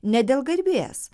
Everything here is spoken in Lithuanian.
ne dėl garbės